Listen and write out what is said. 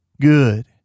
good